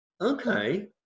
okay